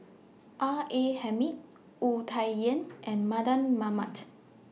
R A Hamid Wu Tsai Yen and Mardan Mamat